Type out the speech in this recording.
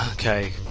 okay.